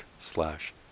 slash